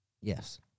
Yes